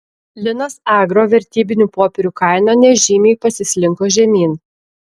linas agro vertybinių popierių kaina nežymiai pasislinko žemyn